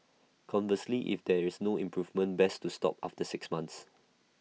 conversely if there is no improvement best to stop after six months